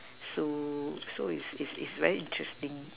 so so it's it's very interesting